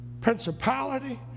principality